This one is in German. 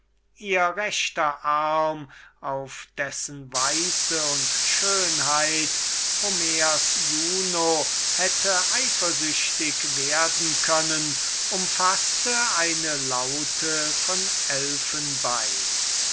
ihr rechter arm auf dessen weiße die homerische juno eifersüchtig hätte sein dürfen umfaßte eine laute von elfenbein